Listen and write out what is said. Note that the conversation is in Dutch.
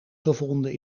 gevonden